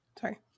sorry